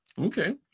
okay